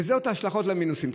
ואלה ההשלכות, המינוסים.